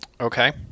Okay